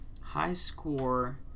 High-score